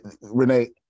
Renee